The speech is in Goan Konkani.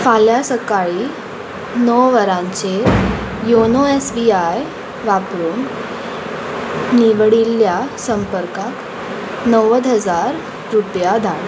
फाल्यां सकाळीं णव वरांचेर योनो एस बी आय वापरून निवडिल्ल्या संपर्काक णव्वद हजार रुपया धाड